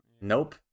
Nope